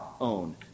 own